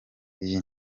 iyi